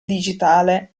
digitale